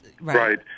right